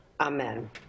amen